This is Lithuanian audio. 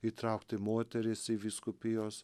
įtraukti moteris į vyskupijos